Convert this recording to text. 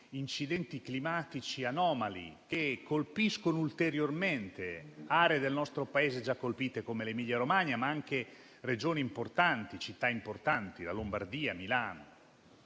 incidenti climatici anomali, che colpiscono ulteriormente aree del nostro Paese già colpite come l'Emilia-Romagna, ma anche Regioni e città importanti come la Lombardia e Milano.